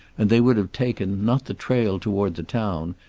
and they would have taken, not the trail toward the town,